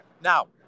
Now